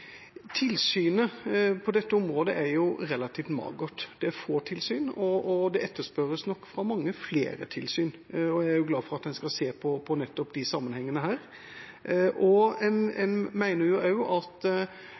Tilsynet på dette området er relativt magert. Det er få tilsyn, og det etterspørres nok flere tilsyn fra mange. Jeg er glad for at man skal se på nettopp disse sammenhengene. Jeg mener også at tilsynets området, armslag, er begrenset, fordi lovverket tilsier at